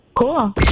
Cool